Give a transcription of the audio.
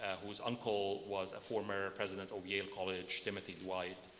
whose uncle was a former president of yale college, timothy dwight.